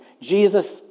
Jesus